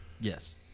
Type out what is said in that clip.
Yes